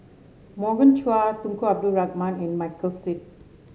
Morgan Chua Tunku Abdul Rahman and Michael Seet